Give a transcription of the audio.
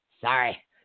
Sorry